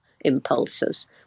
impulses